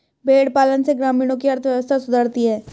भेंड़ पालन से ग्रामीणों की अर्थव्यवस्था सुधरती है